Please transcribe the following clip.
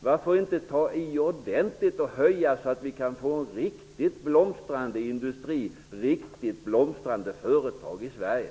Varför inte ta i ordentligt och höja så att vi kan få en riktigt blomstrande industri, riktigt blomstrande företag i Sverige?